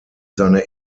seine